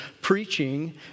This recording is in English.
preaching